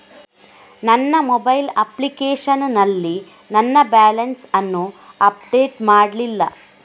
ನನ್ನ mobile application ನಲ್ಲಿ ನನ್ನ ಬ್ಯಾಲೆನ್ಸ್ ಅನ್ನು ಅಪ್ಡೇಟ್ ಮಾಡ್ಲಿಲ್ಲ